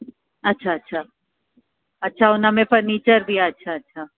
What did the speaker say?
अच्छा अच्छा अच्छा हुन में फर्नीचर बि आहे अच्छा अच्छा